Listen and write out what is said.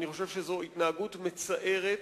אני חושב שזו התנהגות מצערת